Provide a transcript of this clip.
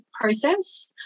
process